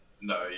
No